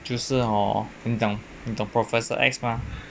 就是 hor 你懂你懂 professor X 吗